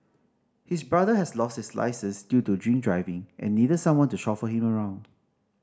his brother has lost his licence due to drink driving and needed someone to chauffeur him around